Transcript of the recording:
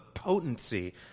Potency